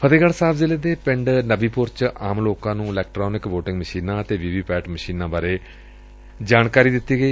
ਫਡਹਿਗੜੁ ਸਾਹਿਬ ਜ਼ਿਲੇ ਦੇ ਪਿੰਡ ਨਬੀਪੁਰ ਚ ਆਮ ਲੋਕਾ ਨੂੰ ਇਲੈਕਟਰਾਨਿਕ ਵੋਟਿੰਗ ਮਸ਼ੀਨਾਂ ਅਤੇ ਵੀ ਵੀ ਪੈਟ ਮਸ਼ੀਨਾਂ ਬਾਰੇ ਜਾਣਕਾਰੀ ਦਿੱਤੀ ਗਈ